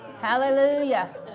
Hallelujah